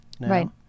Right